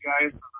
guys